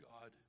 God